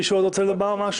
מישהו עוד רוצה לומר משהו?